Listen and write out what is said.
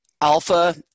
alpha